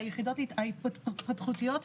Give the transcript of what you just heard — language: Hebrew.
והיחידות ההתפתחותיות,